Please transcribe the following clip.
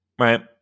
right